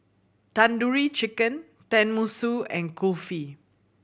Tandoori Chicken Tenmusu and Kulfi